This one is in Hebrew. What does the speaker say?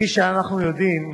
כפי שאנחנו יודעים,